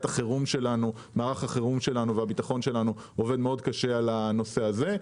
החירום והביטחון שלנו עובד מאוד קשה על הנושא הזה.